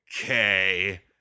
okay